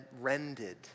rended